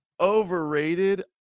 overrated